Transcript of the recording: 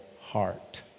heart